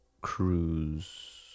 cruise